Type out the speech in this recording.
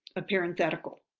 a parenthetical.